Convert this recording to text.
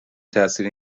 تاثیر